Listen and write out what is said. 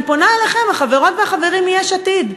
אני פונה אליכם, החברות והחברים מיש עתיד,